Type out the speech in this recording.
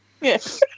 Yes